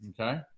Okay